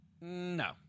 no